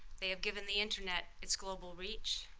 they have given the internet its global reach,